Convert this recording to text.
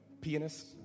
pianist